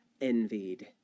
envied